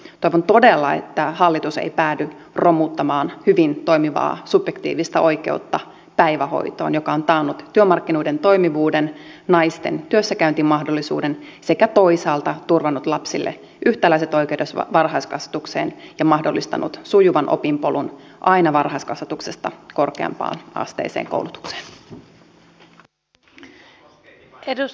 toivon todella että hallitus ei päädy romuttamaan hyvin toimivaa subjektiivista oikeutta päivähoitoon joka on taannut työmarkkinoiden toimivuuden naisten työssäkäyntimahdollisuuden sekä toisaalta turvannut lapsille yhtäläiset oikeudet varhaiskasvatukseen ja mahdollistanut sujuvan opinpolun aina varhaiskasvatuksesta korkeampiasteiseen koulutukseen